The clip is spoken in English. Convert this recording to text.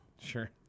Sure